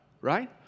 right